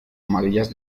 amarillas